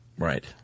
Right